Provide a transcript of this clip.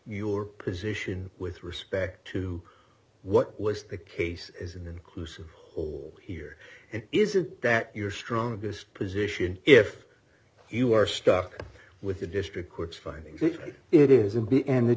your position with respect to what was the case as an inclusive whole here is is that your strongest position if you are stuck with the district court's findings it is in the end the